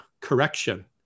Correction